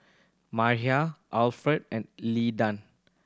Mariah Alferd and Leland